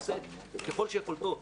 עושה ככל יכולתו,